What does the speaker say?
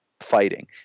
fighting